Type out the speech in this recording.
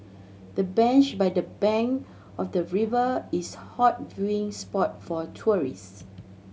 the bench by the bank of the river is hot viewing spot for tourist